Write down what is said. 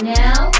now